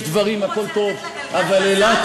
תן רגע,